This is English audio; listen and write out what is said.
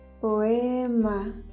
Poema